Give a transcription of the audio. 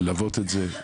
ללוות את זה,